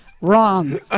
Wrong